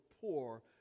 poor